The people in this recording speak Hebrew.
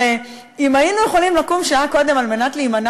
הרי אם היינו יכולים לקום שעה קודם על מנת להימנע